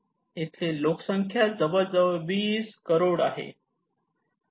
इथली लोकसंख्या जवळपास 20 करोड आहे